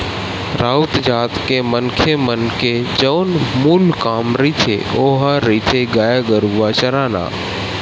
राउत जात के मनखे मन के जउन मूल काम रहिथे ओहा रहिथे गाय गरुवा चराना